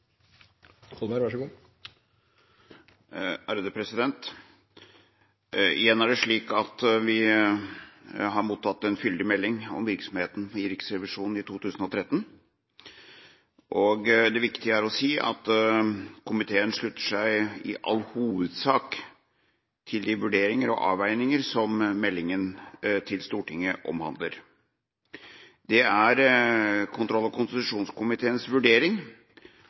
det slik at vi har mottatt en fyldig melding om virksomheten til Riksrevisjonen, i 2013. Det viktige å si er at komiteen slutter seg i all hovedsak til de vurderinger og avveininger som meldinga til Stortinget omhandler. Det er kontroll- og konstitusjonskomiteens vurdering